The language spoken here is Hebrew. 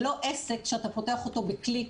זה לא עסק שאתה פותח אותו בקליק,